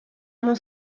mon